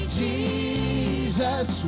jesus